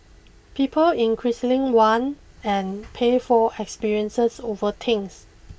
people increasingly want and pay for experiences over things